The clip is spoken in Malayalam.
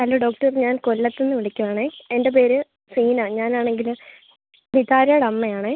ഹലോ ഡോക്ടർ ഞാൻ കൊല്ലത്തുനിന്ന് വിളിക്കുകയാണേ എൻ്റെ പേര് സീന ഞാനാണെങ്കിൽ നിതാരയുടെ അമ്മയാണേ